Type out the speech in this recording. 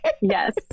Yes